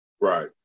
Right